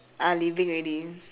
are leaving already